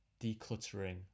decluttering